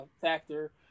factor –